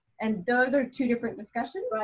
and those are two different discussions?